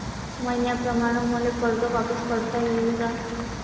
मईन्याप्रमाणं मले कर्ज वापिस करता येईन का?